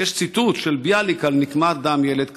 יש ציטוט של ביאליק על נקמת דם ילד קטן,